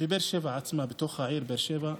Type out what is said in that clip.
בבאר שבע עצמה, בתוך העיר באר שבע,